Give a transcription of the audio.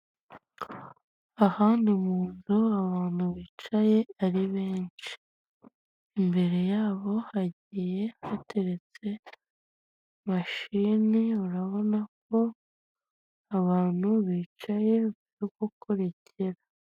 Aha ni mu nzu abantu bicaye ari benshi. Imbere yabo hagiye hateretse mashini urabona ko abantu bicaye bari gukurikira